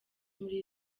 muri